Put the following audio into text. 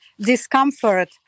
discomfort